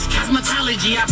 Cosmetology